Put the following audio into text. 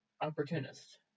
Opportunist